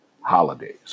holidays